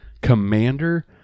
commander